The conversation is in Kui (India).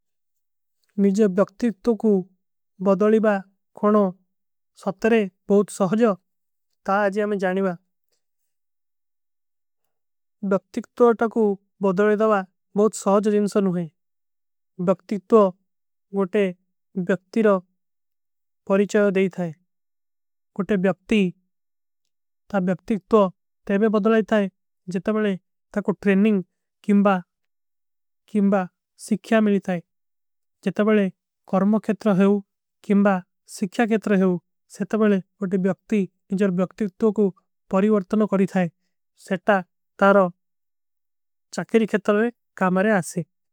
ନିଜ୍ଯ ବ୍ଯକ୍ତିକ୍ତୋ କୋ ବଦଲୀବା ଖଣୋ ସପ୍ତରେ ବହୁତ ସହଜଵ। ତା ଆଜ ହମେଂ ଜାନୀବା ବ୍ଯକ୍ତିକ୍ତୋ ତକୋ ବଦଲେଦାଵା ବହୁତ। ସହଜ ରିଂସନ ହୂଈ ବ୍ଯକ୍ତିକ୍ତୋ ଗୋଟେ ବ୍ଯକ୍ତିରୋ ପରୀଚାଯୋ ଦେଈ। ଥାଈ ଗୋଟେ ବ୍ଯକ୍ତି ତା ବ୍ଯକ୍ତିକ୍ତୋ ତେଵେ ବଦଲାଈ ଥାଈ ଜେତା। ବଲେ ତାକୋ ଟ୍ରେନିଂଗ କେଂବା ସିଖ୍ଯା ମିଲୀ। ଥାଈ ଜେତା ବଲେ କର୍ମ କେଂଟର ହୈଊ କେଂବା ସିଖ୍ଯା କେଂଟର ହୈ ସେ। ତା ବଲେ ଗୋଟେ ବ୍ଯକ୍ତି ଇଜର ବ୍ଯକ୍ତିକ୍ତୋ କୋ ପରିଵର୍ତନ। କରୀ ଥାଈ ସେ ତା ତାରୋ, ଚକ୍ରୀ କେ ତରଵେ କାମରେ ଆସୀ।